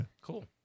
Cool